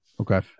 Okay